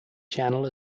channel